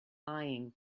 lying